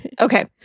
Okay